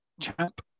champ